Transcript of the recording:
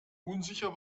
unsicher